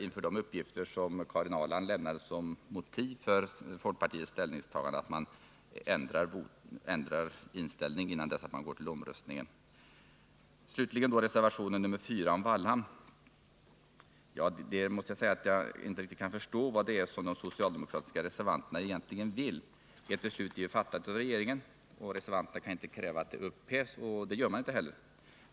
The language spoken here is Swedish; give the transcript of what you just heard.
Inför de uppgifter som Karin Ahrland lämnade såsom motiv för folkpartiets ställningstagande finns det all anledning att man ändrar inställning innan man går till omröstning. Slutligen har vi reservationen nr 4 om Vallhamn. Jag kan inte förstå vad de socialdemokratiska reservanterna egentligen vill. Ett beslut är fattat av regeringen. Reservanterna kan inte kräva att det upphävs och gör det inte heller.